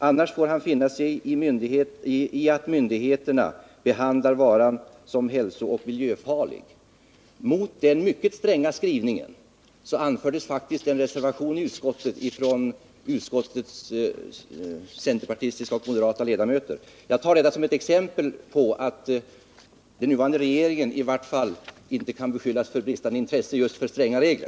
Annars får han finna sig i att myndigheterna behandlar varan som hälsooch miljöfarlig.” Mot den mycket stränga skrivningen anfördes faktiskt en reservation från utskottets centerpartistiska och moderata ledamöter. Jag tar detta som ett exempel på att den nuvarande regeringen i varje fall inte kan beskyllas för bristande intresse just för stränga regler.